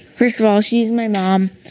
first of all, she's my mom.